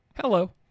Hello